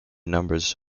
numbers